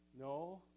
No